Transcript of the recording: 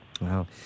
Wow